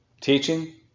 Teaching